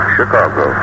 Chicago